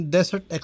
Desert